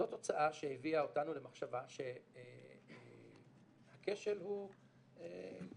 זו תוצאה שהביאה אותנו למחשבה שהכשל הוא כשל,